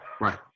right